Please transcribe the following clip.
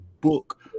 book